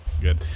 Good